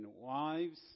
wives